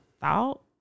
thought